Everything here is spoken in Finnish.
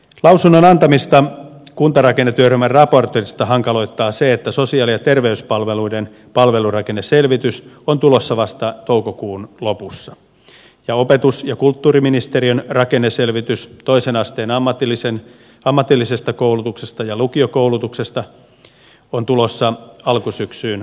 lausunnon antamista kuntarakennetyöryhmän raportista hankaloittaa se että sosiaali ja terveyspalveluiden palvelurakenneselvitys on tulossa vasta toukokuun lopussa ja opetus ja kulttuuriministeriön rakenneselvitys toisen asteen ammatillisesta koulutuksesta ja lukiokoulutuksesta on tulossa alkusyksyyn mennessä